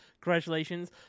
congratulations